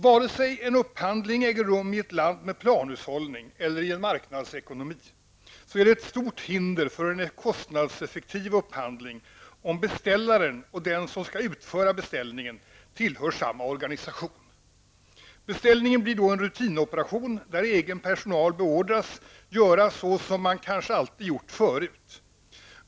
Vare sig en upphandling äger rum i ett land med planhushållning eller i en marknadsekonomi, så är det ett stort hinder för kostnadseffektiv upphandling om beställaren och den som skall utföra beställningen tillhör samma organisation. Beställningen blir då en rutinoperation, där egen personal beordras göra så som man ''kanske alltid gjort förut''.